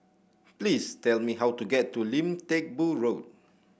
please tell me how to get to Lim Teck Boo Road